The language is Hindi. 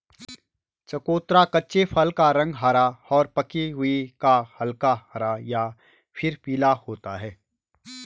चकोतरा कच्चे फल का रंग हरा और पके हुए का हल्का हरा या फिर पीला होता है